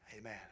Amen